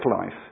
life